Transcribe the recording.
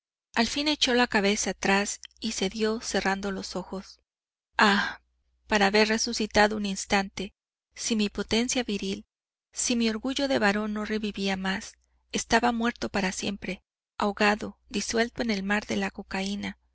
al fin echó la cabeza atrás y cedió cerrando los ojos ah para qué haber resucitado un instante si mi potencia viril si mi orgullo de varón no revivía más estaba muerto para siempre ahogado disuelto en el mar de cocaína